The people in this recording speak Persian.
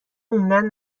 موندن